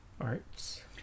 arts